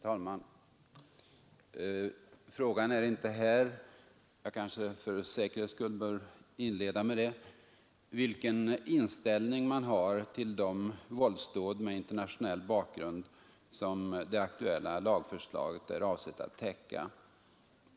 Herr talman! Frågan här är inte — jag kanske för säkerhets skull bör inleda mitt anförande med att säga det — vilken inställning man har till de ”våldsdåd med internationell bakgrund” som det aktuella lagförslaget är avsett att täcka.